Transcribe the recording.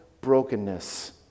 brokenness